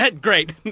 Great